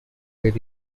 very